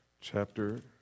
chapter